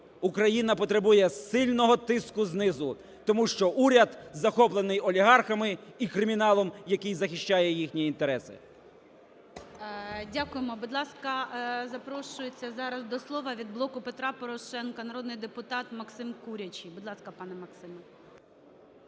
Україна потребує сильного тиску знизу, тому що уряд захоплений олігархами і криміналом, який захищає їхні інтереси. ГОЛОВУЮЧИЙ. Дякуємо. Будь ласка, запрошується зараз до слова від "Блоку Петра Порошенка" народний депутат Максим Курячий, будь ласка, пане Максиме.